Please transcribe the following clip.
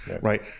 right